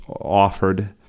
offered